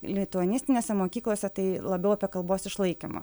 lituanistinėse mokyklose tai labiau apie kalbos išlaikymą